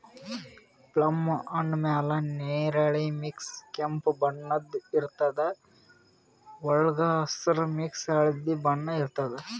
plum ಹಣ್ಣ್ ಮ್ಯಾಲ್ ನೆರಳಿ ಮಿಕ್ಸ್ ಕೆಂಪ್ ಬಣ್ಣದ್ ಇರ್ತದ್ ವಳ್ಗ್ ಹಸ್ರ್ ಮಿಕ್ಸ್ ಹಳ್ದಿ ಬಣ್ಣ ಇರ್ತದ್